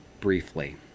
briefly